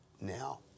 now